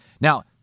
Now